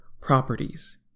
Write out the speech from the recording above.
properties